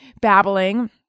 babbling